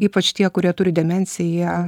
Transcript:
ypač tie kurie turi demenciją